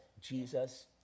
Jesus